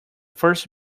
first